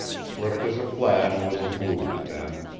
swift as a flash was his movement then,